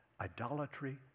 Idolatry